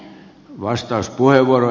arvoisa puhemies